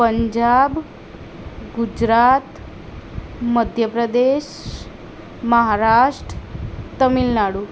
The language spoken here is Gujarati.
પંજાબ ગુજરાત મધ્યપ્રદેશ મહારાષ્ટ્ર તમિલનાડુ